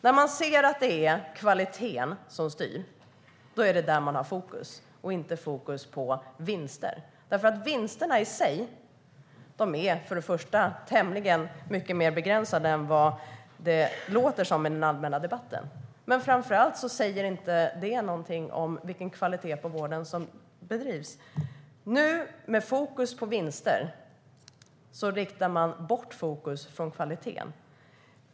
När man ser att det är kvaliteten som styr är det där man har fokus och inte fokus på vinster, därför att vinsterna i sig är mycket mer begränsade än vad det låter som i den allmänna debatten. Men framför allt säger det ingenting om vilken kvalitet det är på vården som bedrivs. Nu med fokus på vinster riktar man bort fokus från kvaliteten.